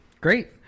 Great